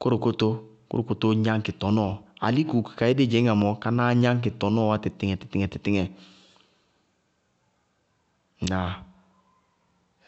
kórokóto, kórokótoó gnáñkɩ tɔnɔɔ, alíkuku kayé dí dzɩñŋá mɔɔ, kánáá gnáñkɩ tɔnɔɔ wá tɩɩtɩŋɛ tɩɩtɩŋɛ tɩtɩŋɛ. Ŋnáa?